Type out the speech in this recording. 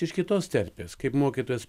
iš kitos terpės kaip mokytojas